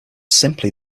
simply